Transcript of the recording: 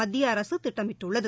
மத்திய அரசு திட்டமிட்டுள்ளது